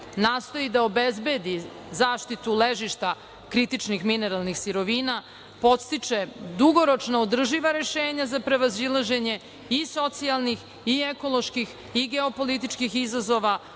nastoji da obezbedi zaštitu ležišta kritičnih mineralnih sirovina, podstiče dugoročno održiva rešenja za prevazilaženje i socijalnih i ekoloških i geopolitičkih izazova